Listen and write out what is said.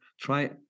try